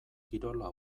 kirola